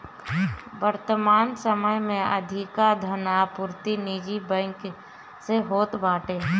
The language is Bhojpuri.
वर्तमान समय में अधिका धन आपूर्ति निजी बैंक से होत बाटे